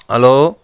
hello